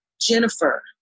Jennifer